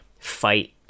Fight